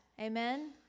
Amen